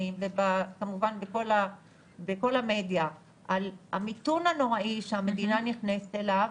וכמובן בכל המדיה על המיתון הנוראי שהמדינה נכנסת אליו,